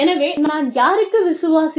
எனவே நான் யாருக்கு விசுவாசி